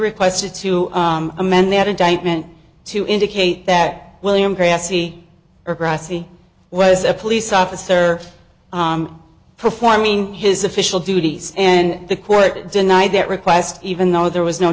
requested to amend that indictment to indicate that william grassy or grassy was a police officer performing his official duties and the court denied that request even though there was no